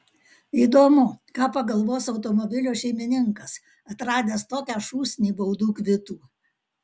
įdomu ką pagalvos automobilio šeimininkas atradęs tokią šūsnį baudų kvitų